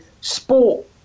sport